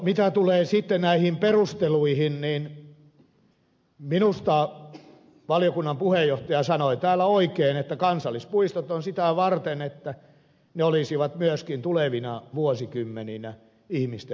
mitä tulee sitten näihin perusteluihin niin minusta valiokunnan puheenjohtaja sanoi täällä oikein että kansallispuistot ovat sitä varten että ne olisivat myöskin tulevina vuosikymmeninä ihmisten ihasteltavina